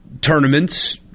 tournaments